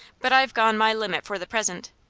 but i've gone my limit for the present.